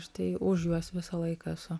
aš tai už juos visą laiką esu